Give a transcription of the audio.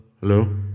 Hello